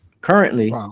currently